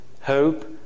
hope